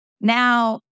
Now